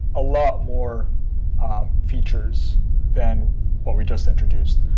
a lot more features than what we just introduced.